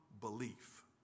belief